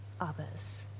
others